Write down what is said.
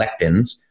lectins